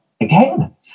again